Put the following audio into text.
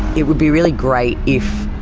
it would be really great if